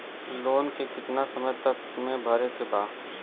Loan के कितना समय तक मे भरे के बा?